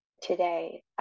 today